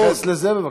תתייחס לזה, בבקשה.